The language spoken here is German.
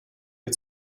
ihr